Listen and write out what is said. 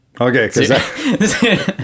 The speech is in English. okay